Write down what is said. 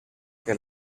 que